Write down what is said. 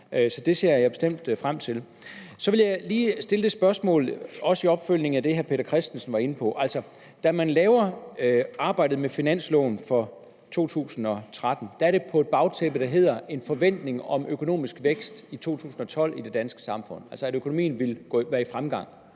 Så det ser jeg bestemt frem til. Så vil jeg lige stille et spørgsmål som opfølgning på det, hr. Peter Christensen var inde på. Da arbejdet med finansloven for 2013 var i gang, var det på baggrund af en forventning om økonomisk vækst i det danske samfund i 2012, altså at økonomien ville være i fremgang.